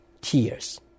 tears